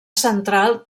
central